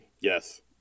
yes